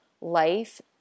life